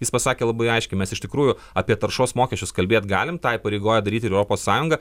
jis pasakė labai aiškiai mes iš tikrųjų apie taršos mokesčius kalbėt galim tai įpareigoja daryt ir europos sąjunga